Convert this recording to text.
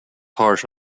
harsh